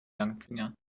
langfinger